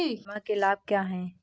बीमा के लाभ क्या हैं?